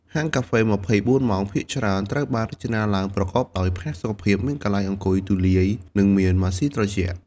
ហាងកាហ្វេ ២៤ ម៉ោងភាគច្រើនត្រូវបានរចនាឡើងប្រកបដោយ ផាសុកភាព មានកន្លែងអង្គុយទូលាយ និងមាន ម៉ាស៊ីនត្រជាក់។